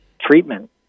treatment